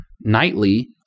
nightly